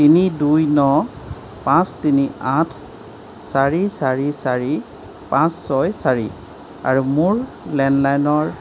তিনি দুই ন পাঁচ তিনি আঠ চাৰি চাৰি চাৰি পাঁচ ছয় চাৰি আৰু মোৰ লেণ্ডলাইনৰ